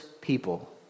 people